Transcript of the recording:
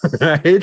right